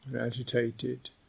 agitated